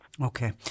Okay